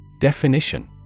Definition